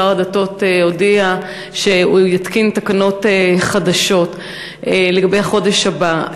שר הדתות הודיע שהוא יתקין תקנות חדשות לגבי החודש הבא.